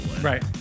Right